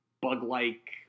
bug-like